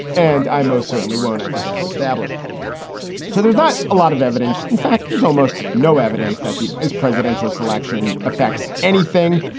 and i most certainly won't. i think i have established so there's not a lot of evidence. in fact, there's almost no evidence that the vice presidential selection affects anything.